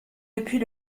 depuis